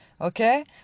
Okay